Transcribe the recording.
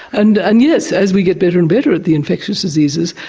and and yes, as we get better and better at the infectious diseases,